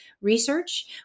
research